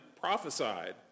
prophesied